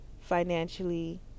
financially